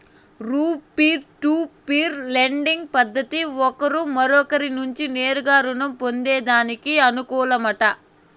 ఈ peer to peer lending పద్దతి ఒకరు మరొకరి నుంచి నేరుగా రుణం పొందేదానికి అనుకూలమట